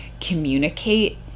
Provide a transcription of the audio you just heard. communicate